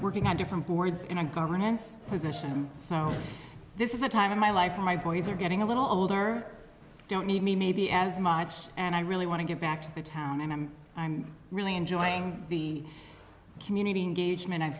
working on different boards in a governance position so this is a time in my life or my boys are getting a little older don't need me maybe as much and i really want to get back to town and i'm really enjoying the community engagement i've